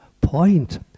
point